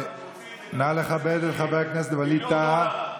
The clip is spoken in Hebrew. נא לכבד את חבר הכנסת ווליד טאהא,